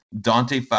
Dante